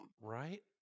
Right